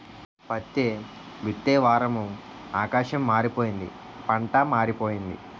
పత్తే విత్తే వారము ఆకాశం మారిపోయింది పంటా మారిపోయింది